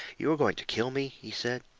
you are going to kill me, he said.